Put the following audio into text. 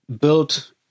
built